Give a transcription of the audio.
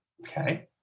Okay